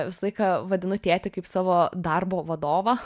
visą laiką vadinu tėtį kaip savo darbo vadovą